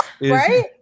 Right